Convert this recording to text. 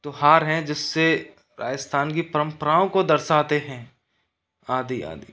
त्यौहार हैं जिससे राजस्थान की परंपराओं को दर्शाते हैं आदि आदि